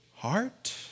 Heart